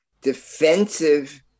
defensive